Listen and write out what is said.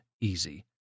easy